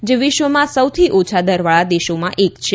જે વિશ્વમાં સૌથી ઓછા દરવાળા દેશોમાં એક છે